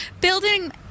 building